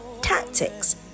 tactics